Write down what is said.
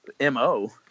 MO